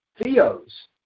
Theos